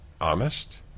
honest